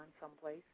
someplace